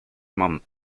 month